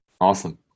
Awesome